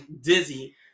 dizzy